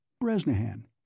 Bresnahan